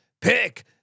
Pick